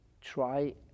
try